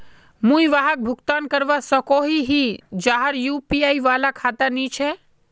मुई वहाक भुगतान करवा सकोहो ही जहार यु.पी.आई वाला खाता नी छे?